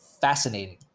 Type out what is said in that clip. fascinating